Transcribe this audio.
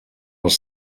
els